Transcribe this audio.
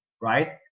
right